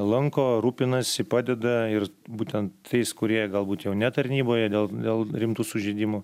lanko rūpinasi padeda ir būtent tais kurie galbūt jau ne tarnyboje dėl dėl rimtų sužeidimų